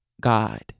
God